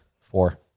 Four